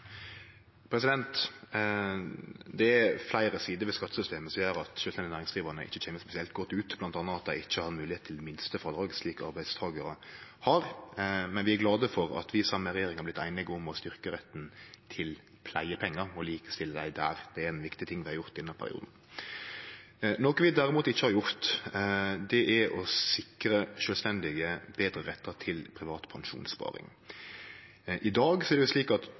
Det er fleire sider ved skattesystemet som gjer at sjølvstendig næringsdrivande ikkje kjem spesielt godt ut, bl.a. at dei ikkje har moglegheit til minstefrådrag, slik arbeidstakarar har. Men vi er glade for at vi saman med regjeringa har vorte einige om å styrkje retten til pleiepengar og likestille dei der. Det er ein viktig ting dei har gjort i denne perioden. Noko vi derimot ikkje har gjort, er å sikre sjølvstendig næringsdrivande betre rettar til privat pensjonssparing. I dag er det slik at